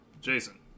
Jason